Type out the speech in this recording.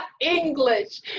English